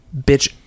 bitch